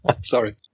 Sorry